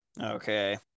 Okay